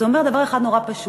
זה אומר דבר אחד נורא פשוט: